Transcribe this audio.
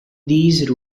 these